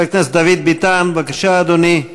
חבר הכנסת דוד ביטן, בבקשה, אדוני,